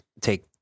take